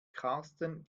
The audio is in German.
karsten